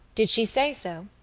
did she say so?